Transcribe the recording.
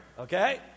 Okay